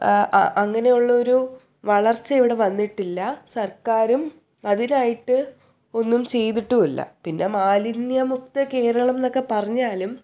അങ്ങനെയുള്ള ഒരു വളർച്ച ഇവിടെ വന്നിട്ടില്ല സർക്കാരും അതിനായിട്ട് ഒന്നും ചെയ്തിട്ടുമില്ല പിന്നെ മാലിന്യമുക്ത കേരളം എന്നൊക്കെ പറഞ്ഞാലും